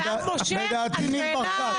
לדעתי, ניר ברקת.